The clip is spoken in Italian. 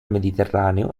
mediterraneo